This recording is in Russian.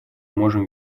можем